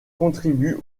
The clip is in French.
contribue